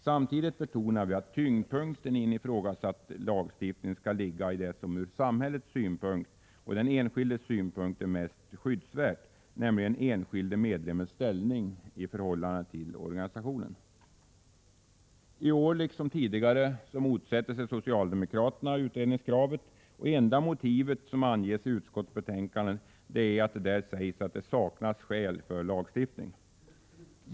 Samtidigt betonar vi att tyngdpunkten i en ifrågasatt lagstiftning skall ligga på det som ur samhällets och de enskildas synpunkt är mest skyddsvärt, nämligen den enskilde medlemmens ställning i förhållande till organisationen. I år, liksom tidigare, motsätter sig socialdemokraterna utredningskravet. Det enda motiv som anges i utskottsbetänkandet är att det, som det sägs, saknas skäl för en lagstiftning.